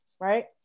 right